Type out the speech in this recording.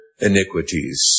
iniquities